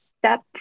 step